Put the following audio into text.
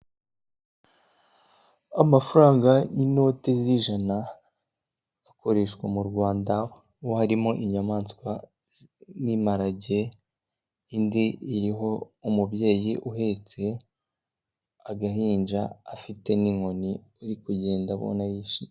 Amafaranga y'inoti z'ijana, akoreshwa mu Rwanda, harimo inyamaswa nk'imparage, indi iriho umubyeyi uhetse agahinja, afite n'inkoni, uri kugenda abona yishimye.